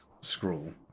scroll